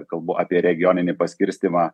kalbu apie regioninį paskirstymą